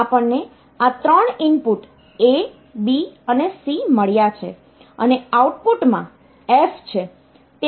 આપણને આ ત્રણ ઇનપુટ A B અને C મળ્યા છે અને આઉટપુટમાં F છે